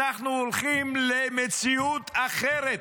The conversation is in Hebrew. אנחנו הולכים למציאות אחרת.